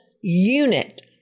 unit